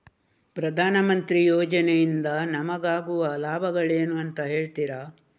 ಪ್ರಧಾನಮಂತ್ರಿ ಯೋಜನೆ ಇಂದ ನಮಗಾಗುವ ಲಾಭಗಳೇನು ಅಂತ ಹೇಳ್ತೀರಾ?